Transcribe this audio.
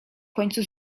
końcu